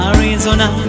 Arizona